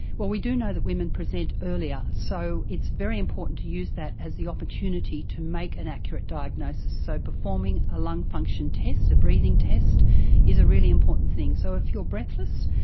well, we do know that women present earlier, so it's very important to use that as the opportunity to make an accurate diagnosis, so performing a lung function test, a breathing test is a really important thing. so if you're breathless,